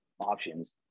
options